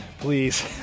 please